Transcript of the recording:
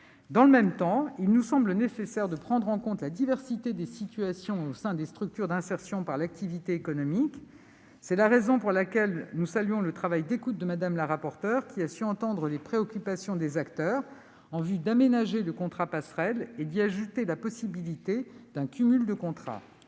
Dans le même temps, il nous semble nécessaire de prendre en compte la diversité des situations au sein des structures d'insertion par l'activité économique. C'est la raison pour laquelle nous saluons le travail d'écoute de Mme la rapporteure, qui a su entendre les préoccupations des acteurs en vue d'aménager le contrat passerelle et d'y ajouter la possibilité d'un cumul de contrats.